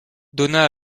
donna